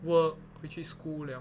work 回去 school liao